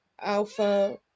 Alpha